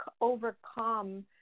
overcome